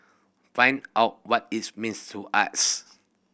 find out what it means to us